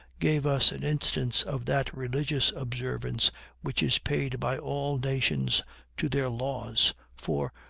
gave us an instance of that religious observance which is paid by all nations to their laws for,